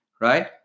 right